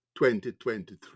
2023